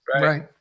Right